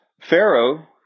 Pharaoh